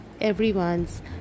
everyone's